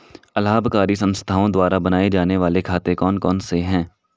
अलाभकारी संस्थाओं द्वारा बनाए जाने वाले खाते कौन कौनसे हैं?